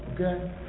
Okay